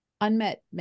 unmet